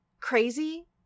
crazy